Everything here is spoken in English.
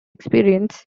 experience